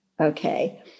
Okay